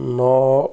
ନଅ